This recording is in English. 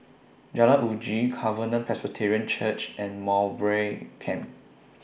Jalan Uji Covenant Presbyterian Church and Mowbray Camp